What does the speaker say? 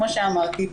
כמו שאמרתי,